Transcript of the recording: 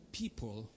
people